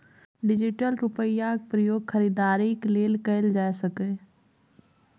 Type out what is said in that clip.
digital रुपैयाक प्रयोग खरीदारीक लेल कएल जा सकैए